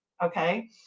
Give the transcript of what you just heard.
Okay